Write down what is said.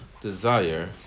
desire